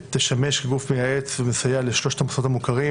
תשמש כגוף מייעץ ומסייע לשלושת המוסדות המוכרים